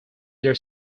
their